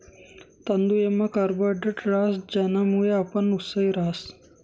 तांदुयमा कार्बोहायड्रेट रहास ज्यानामुये आपण उत्साही रातस